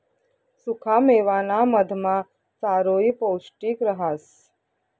सुखा मेवाना मधमा चारोयी पौष्टिक रहास